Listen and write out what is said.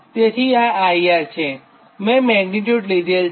તેથી આ IR છે મેં મેગ્નીટ્યુડ લીધેલ છે